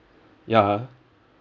ya